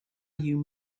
you